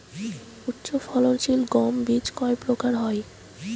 উচ্চ ফলন সিল গম বীজ কয় প্রকার হয়?